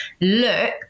look